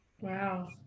Wow